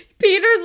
Peter's